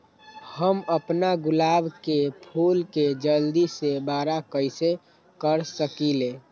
हम अपना गुलाब के फूल के जल्दी से बारा कईसे कर सकिंले?